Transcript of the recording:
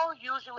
usually